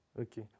Okay